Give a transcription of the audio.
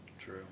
True